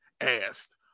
asked